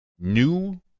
new